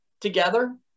together